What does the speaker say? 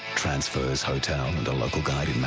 transfers, hotel and the local guide